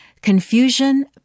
Confusion